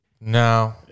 No